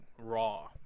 raw